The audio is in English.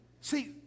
See